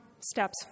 steps